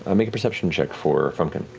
um make a perception check for frumpkin.